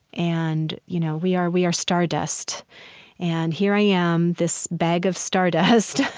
and you know, we are we are stardust and here i am, this bag of stardust,